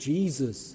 Jesus